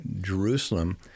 Jerusalem